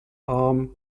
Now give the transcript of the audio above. arm